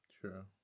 True